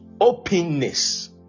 Openness